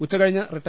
ഉച്ചകഴിഞ്ഞ് റിട്ട